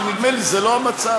אבל נדמה לי שזה לא המצב,